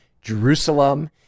Jerusalem